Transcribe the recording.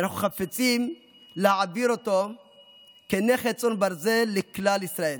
ואנחנו חפצים להעביר אותו כנכס צאן ברזל לכלל ישראל.